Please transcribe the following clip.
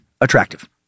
attractive